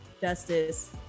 justice